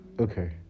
okay